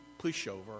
pushover